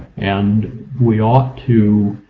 and we ought to